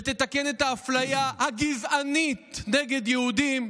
ותתקן את האפליה הגזענית נגד יהודים,